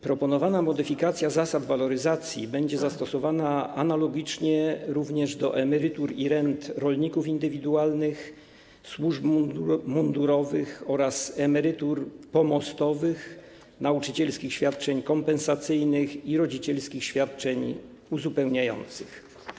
Proponowana modyfikacja zasad waloryzacji będzie zastosowana analogicznie również do emerytur i rent rolników indywidualnych, służb mundurowych oraz emerytur pomostowych, nauczycielskich świadczeń kompensacyjnych i rodzicielskich świadczeń uzupełniających.